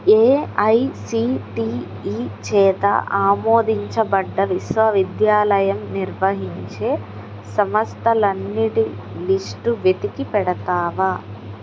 AICTE చేత ఆమోదించబడ్డ విశ్వవిద్యాలయం నిర్వహించే సంస్థలన్నిటి లిస్టు వెతికి పెడతావా